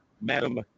Madam